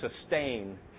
sustain